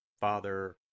Father